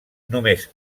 només